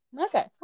Okay